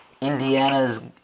Indiana's